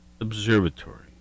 Observatory